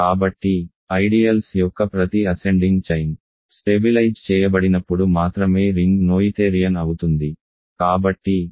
కాబట్టి ఐడియల్స్ యొక్క ప్రతి అసెండింగ్ చైన్ స్టెబిలైజ్ చేయబడినప్పుడు మాత్రమే రింగ్ నోయిథేరియన్ అవుతుంది